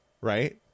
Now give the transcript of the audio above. right